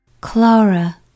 Clara